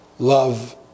Love